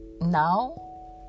now